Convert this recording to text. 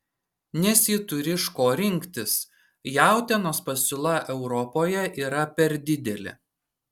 nes ji turi iš ko rinktis jautienos pasiūla europoje yra per didelė